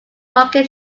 market